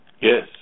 Yes